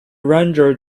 ranger